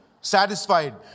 satisfied